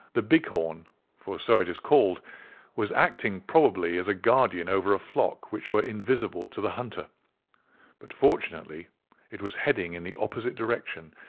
the big-hornaeur for so it is calledaeur was acting, probably, as a guardian over a flock which were invisible to the hunter but fortunately it was heading in the opposite direction,